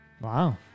Wow